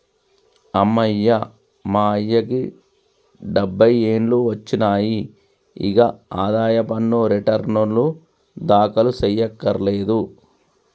అమ్మయ్య మా అయ్యకి డబ్బై ఏండ్లు ఒచ్చినాయి, ఇగ ఆదాయ పన్ను రెటర్నులు దాఖలు సెయ్యకర్లేదు